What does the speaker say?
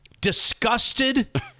disgusted